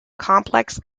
complex